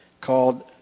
called